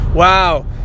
Wow